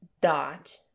dot